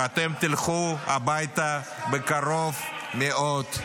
ואתם תלכו הביתה בקרוב מאוד.